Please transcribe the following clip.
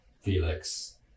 Felix